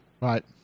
Right